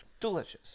delicious